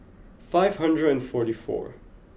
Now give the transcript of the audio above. five hundred and forty four